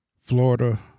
Florida